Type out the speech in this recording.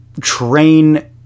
train